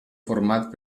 format